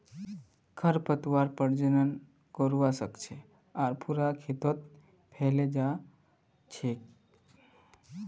खरपतवार प्रजनन करवा स ख छ आर पूरा खेतत फैले जा छेक